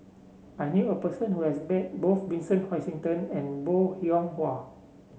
I knew a person who has met both Vincent Hoisington and Bong Hiong Hwa